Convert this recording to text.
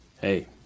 hey